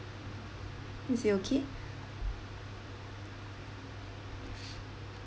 is it okay